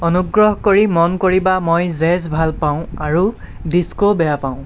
অনুগ্ৰহ কৰি মন কৰিবা মই জেজ ভাল পাওঁ আৰু ডিস্ক' বেয়া পাওঁ